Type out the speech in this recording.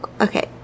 okay